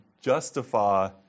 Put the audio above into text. justify